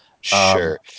Sure